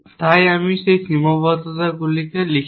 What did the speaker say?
তাই আমি সেই সীমাবদ্ধতাগুলি লিখিনি